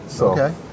Okay